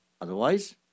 Otherwise